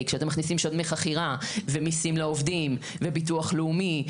שאתם מכניסים שם דמי חכירה ומיסים לעובדים וביטוח לאומי,